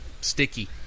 sticky